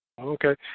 Okay